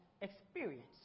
experience